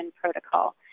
Protocol